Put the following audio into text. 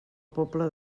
pobla